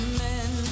men